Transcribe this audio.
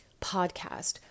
podcast